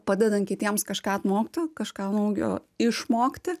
padedant kitiems kažką atmokti kažką naujo išmokti